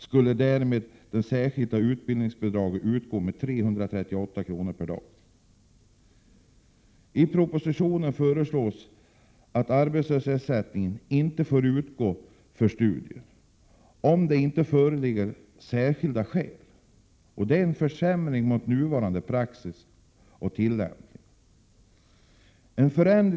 Därmed skulle det särskilda utbildningsbidraget utgå med 338 kr. per dag. I propositionen föreslås att arbetslöshetsersättning inte får utgå för studier, om det inte föreligger särskilda skäl. Det är en försämring jämfört med nuvarande praxis och tillämpning.